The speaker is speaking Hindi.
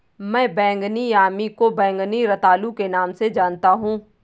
मैं बैंगनी यामी को बैंगनी रतालू के नाम से जानता हूं